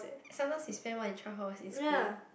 some more you spend more than twelve hours in school